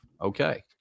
Okay